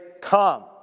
come